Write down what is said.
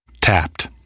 Tapped